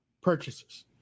purchases